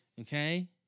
Okay